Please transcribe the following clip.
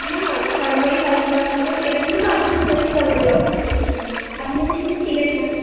না সাড়ম্বরেই পালন করা হবে এরকমই তো আলোচনা হয়েছিল আমাদের অফিস রুমে আপনি বোধহয় সেদিন ছিলেন না